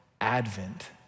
Advent